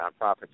nonprofits